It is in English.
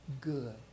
good